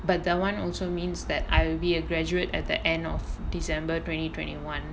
but that [one] also means that I'll be a graduate at the end of december twenty twenty one